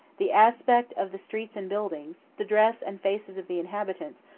the aspect of the streets and buildings, the dress and faces of the inhabitants,